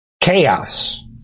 chaos